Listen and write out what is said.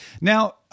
Now